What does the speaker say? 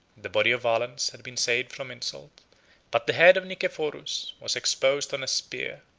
the body of valens had been saved from insult but the head of nicephorus was exposed on a spear,